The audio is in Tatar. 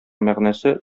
мәгънәсе